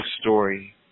story